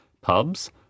pubs